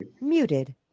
Muted